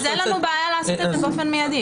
אין לנו בעיה לעשות את זה באופן מידי.